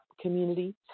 community